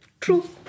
True